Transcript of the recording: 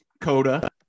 CODA